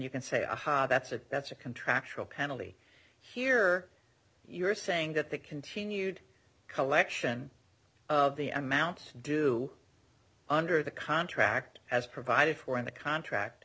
you can say aha that's a that's a contractual penalty here you're saying that the continued collection of the amount due under the contract as provided for in the contract